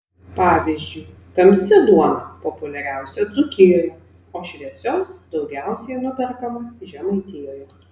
pavyzdžiui tamsi duona populiariausia dzūkijoje o šviesios daugiausiai nuperkama žemaitijoje